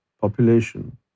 population